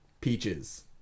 peaches